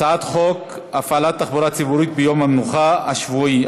הצעת חוק הפעלת תחבורה ציבורית ביום המנוחה השבועי,